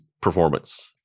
performance